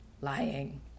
lying